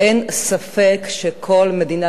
אין ספק שכל מדינה,